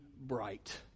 bright